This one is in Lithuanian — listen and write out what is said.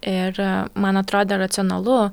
ir man atrodė racionalu